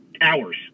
hours